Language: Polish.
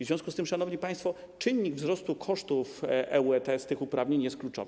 W związku z tym, szanowni państwo, czynnik wzrostu kosztów EU ETS z tych uprawnień jest kluczowy.